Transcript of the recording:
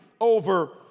over